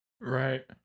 right